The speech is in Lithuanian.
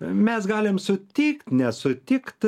mes galim sutikt nesutikt